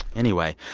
anyway,